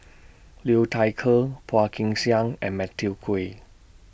Liu Thai Ker Phua Kin Siang and Matthew Ngui